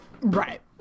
Right